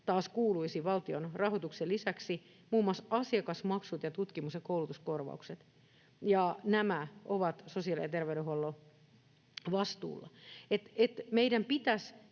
taas kuuluisivat valtion rahoituksen lisäksi muun muassa asiakasmaksut ja tutkimus- ja koulutuskorvaukset, ja nämä ovat sosiaali- ja terveydenhuollon vastuulla. Että meidän pitäisi